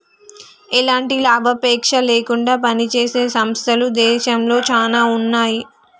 ఎలాంటి లాభాపేక్ష లేకుండా పనిజేసే సంస్థలు దేశంలో చానా ఉన్నాయి